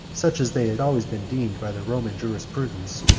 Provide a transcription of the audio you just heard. such as they had always been deemed by the roman jurisprudence,